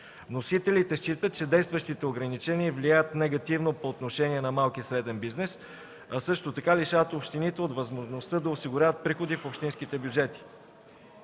Вносителите считат, че действащите ограничения влияят негативно по отношение на малкия и среден бизнес, а също така лишават общините от възможността да осигуряват приходи в общинските бюджети.